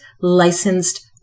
licensed